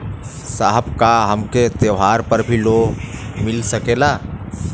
साहब का हमके त्योहार पर भी लों मिल सकेला?